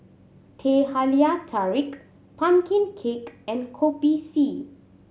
Teh Halia Tarik pumpkin cake and Kopi C